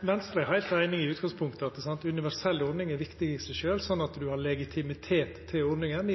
Venstre er heilt einig i utgangspunktet at universelle ordningar er viktige i seg sjølv, slik at ordninga har legitimitet i